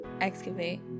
excavate